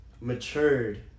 matured